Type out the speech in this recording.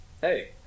Hey